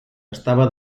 estava